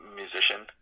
musician